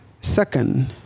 Second